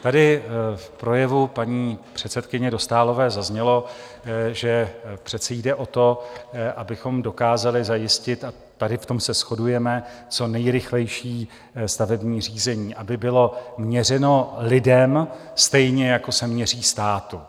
Tady v projevu paní předsedkyně Dostálové zaznělo, že přece jde o to, abychom dokázali zajistit a tady v tom se shodujeme co nejrychlejší stavební řízení, aby bylo měřeno lidem stejně, jako se měří státu.